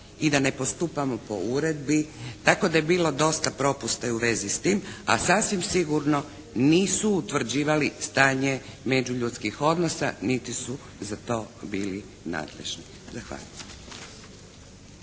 i da ne postupamo po Uredbi. Tako da je bilo dosta propusta i u vezi s tim, a sasvim sigurno nisu utvrđivali stanje međuljudskih odnosa niti su za to bili nadležni. Zahvaljujem.